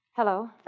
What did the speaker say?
Hello